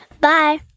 Bye